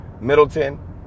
Middleton